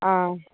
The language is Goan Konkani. आं